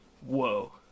whoa